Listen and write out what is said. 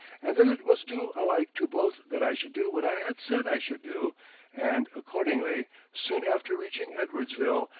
and that it was due alike to both that i should do what i had said i should do and accordingly, soon after reaching edwardsville,